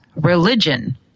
religion